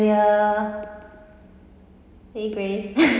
!hey! grace